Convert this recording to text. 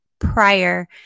prior